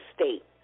state